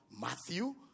matthew